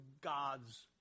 God's